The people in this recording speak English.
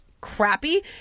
crappy